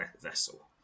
vessel